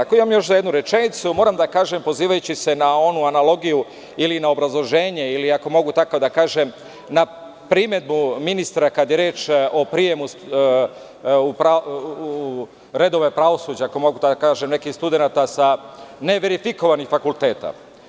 Ako imam za još jednu rečenicu, moram da kažem pozivajući se na onu analogiju ili na obrazloženje, ako mogu tako da kažem, primedbu ministra kada je reč o prijemu u redove pravosuđa studenata sa neverifikovanih fakulteta.